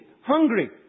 Hungry